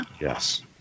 Yes